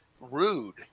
rude